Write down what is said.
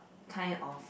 kind of